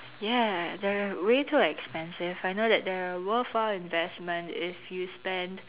ya they're way too expensive I know that they're worthwhile investment if you spend